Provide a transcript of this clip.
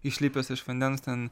išlipęs iš vandens ten